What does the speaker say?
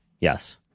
yes